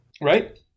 right